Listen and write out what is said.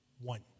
one